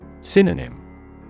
Synonym